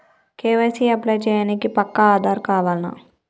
KYC apply చేయనీకి పక్కా ఆధార్ కావాల్నా?